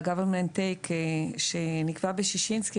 על ה- government take שנקבע בשישינסקי,